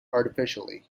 artificially